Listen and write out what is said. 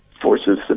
forces